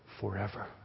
forever